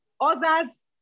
others